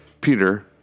Peter